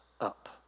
up